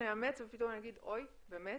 נאמץ ואז פתאום נגיד: אוי, באמת?